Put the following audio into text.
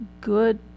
good